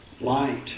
light